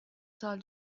سال